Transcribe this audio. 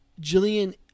Jillian